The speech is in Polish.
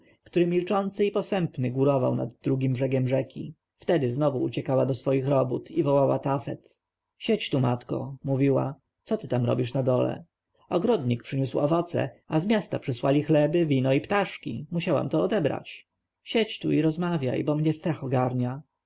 który milczący i posępny górował nad drugim brzegiem rzeki wówczas znowu uciekała do swoich robót i wołała tafet siedź tu matko mówiła co ty tam robisz na dole ogrodnik przyniósł owoce a z miasta przysłali chleby wino i ptaszki musiałam to odebrać siedź tu i rozmawiaj bo mnie strach ogarnia